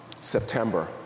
September